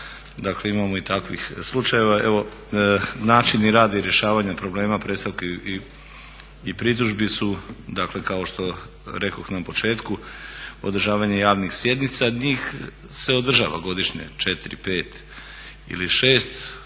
imamo i takvih slučajeva. Načini rada i rješavanja problema predstavki i pritužbi su dakle kao što rekoh na početku, održavanje javnih sjednica. Njih se održava godišnje 4, 5 ili 6 i